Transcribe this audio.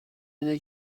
اینه